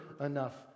enough